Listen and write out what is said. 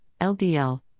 LDL